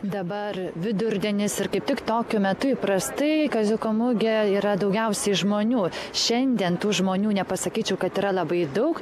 dabar vidurdienis ir kaip tik tokiu metu įprastai kaziuko mugė yra daugiausiai žmonių šiandien tų žmonių nepasakyčiau kad yra labai daug